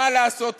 מה לעשות,